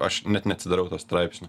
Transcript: aš net neatsidarau to straipsnio